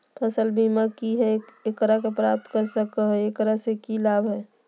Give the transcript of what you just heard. फसल बीमा की है, एकरा के प्राप्त कर सको है, एकरा से की लाभ है?